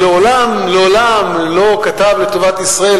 הוא מעולם מעולם לא כתב לטובת ישראל,